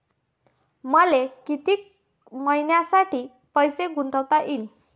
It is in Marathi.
मले कितीक मईन्यासाठी पैसे गुंतवता येईन?